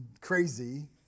crazy